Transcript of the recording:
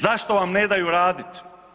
Zašto vam ne daju raditi?